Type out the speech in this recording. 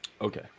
Okay